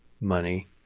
money